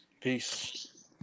Peace